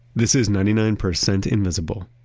this is ninety nine percent invisible,